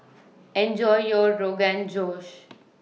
Enjoy your Rogan Josh